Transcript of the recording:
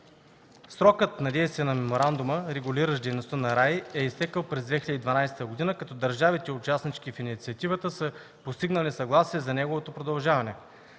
Срокът на действие на Меморандума, регулиращ дейността на РАИ, е изтекъл през 2012 г., като държавите – участнички в Инициативата, са постигнали съгласие за неговото продължаване.